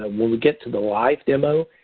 ah when we get to the live demo,